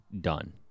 done